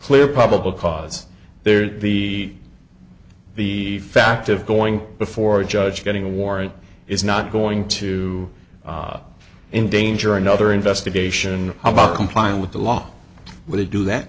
clear probable cause there the the fact of going before a judge getting a warrant is not going to endanger another investigation how about complying with the law would he do that